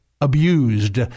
abused